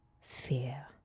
fear